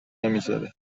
نمیذاره